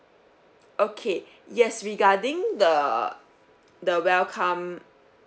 okay yes regarding the the welcome